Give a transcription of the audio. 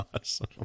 awesome